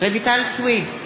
רויטל סויד,